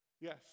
yes